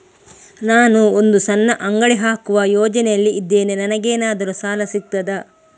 ನಾನು ಒಂದು ಸಣ್ಣ ಅಂಗಡಿ ಹಾಕುವ ಯೋಚನೆಯಲ್ಲಿ ಇದ್ದೇನೆ, ನನಗೇನಾದರೂ ಸಾಲ ಸಿಗ್ತದಾ?